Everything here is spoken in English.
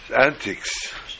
antics